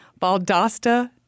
Baldasta